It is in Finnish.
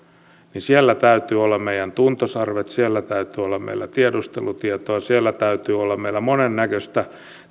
täytyy olla meidän tuntosarvet siellä täytyy olla meidän tiedustelutietoa ja siellä täytyy olla meillä monennäköistä